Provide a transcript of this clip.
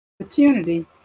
opportunity